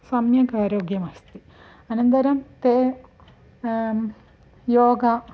सम्यक् आरोग्यमस्ति अनन्तरं ते योगः